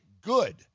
good